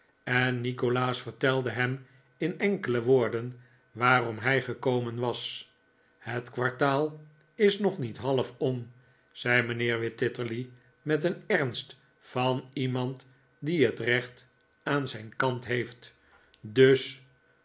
en nikolaas vertelde hem in enkele woorden waarom hij gekomen was het kwartaal is nog niet half om zei mijnheer wititterly met den ernst van iemand die het recht aan zijn kant heeft dus